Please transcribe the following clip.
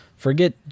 Forget